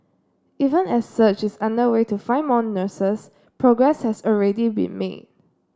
even as search is underway to find more nurses progress has already been made